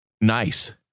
Nice